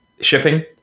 shipping